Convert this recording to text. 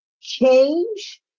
change